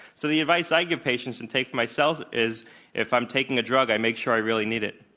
so the advice i give patients, and take myself, is if i'm taking a drug, i make sure i really need it.